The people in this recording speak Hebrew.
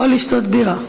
או לשתות בירה.